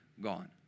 gone